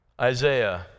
Isaiah